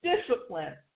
discipline